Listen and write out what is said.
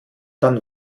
dann